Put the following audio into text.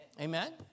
Amen